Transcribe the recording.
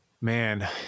man